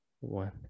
one